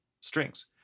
strings